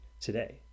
today